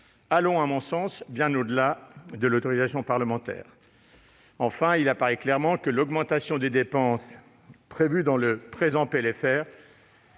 vont, à mon sens, bien au-delà de l'autorisation parlementaire. Enfin, il apparaît clairement que l'augmentation des dépenses prévue dans le présent PLFR